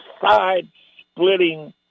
side-splitting